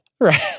Right